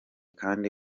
kandi